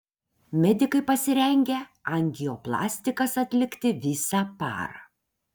medikai pasirengę angioplastikas atlikti visą parą